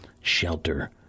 shelter